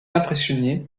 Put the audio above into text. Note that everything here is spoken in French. impressionné